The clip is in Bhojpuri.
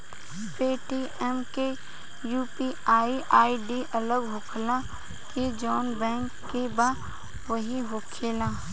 पेटीएम के यू.पी.आई आई.डी अलग होखेला की जाऊन बैंक के बा उहे होखेला?